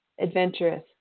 adventurous